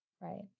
Right